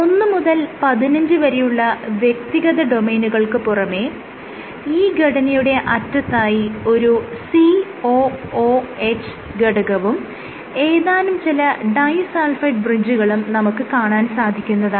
1 മുതൽ 15 വരെയുള്ള വ്യക്തിഗത ഡൊമെയ്നുകൾക്ക് പുറമെ ഈ ഘടനയുടെ അറ്റത്തായി ഒരു COOH -ഘടകവും ഏതാനും ചില ഡൈ സൾഫൈഡ് ബ്രിഡ്ജുകളും നമുക്ക് കാണാൻ സാധിക്കുന്നതാണ്